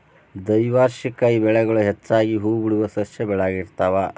ದ್ವೈವಾರ್ಷಿಕ ಬೆಳೆಗಳು ಹೆಚ್ಚಾಗಿ ಹೂಬಿಡುವ ಸಸ್ಯಗಳಾಗಿರ್ತಾವ